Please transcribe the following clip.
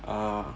ah